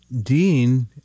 Dean